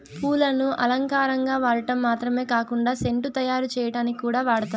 పూలను అలంకారంగా వాడటం మాత్రమే కాకుండా సెంటు తయారు చేయటానికి కూడా వాడతారు